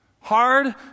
Hard